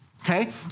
Okay